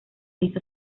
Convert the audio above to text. hizo